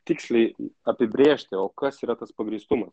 tiksliai apibrėžti o kas yra tas pagrįstumas